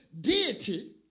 deity